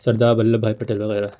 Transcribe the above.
سردار ولبھ بھائی پٹیل وغیرہ